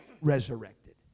resurrected